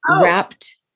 wrapped